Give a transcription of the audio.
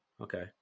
Okay